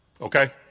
okay